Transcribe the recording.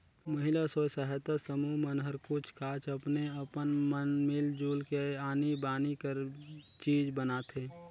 महिला स्व सहायता समूह मन हर कुछ काछ अपने अपन मन मिल जुल के आनी बानी कर चीज बनाथे